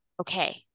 okay